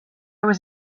was